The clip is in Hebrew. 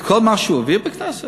את כל מה שהוא העביר בכנסת?